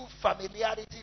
familiarity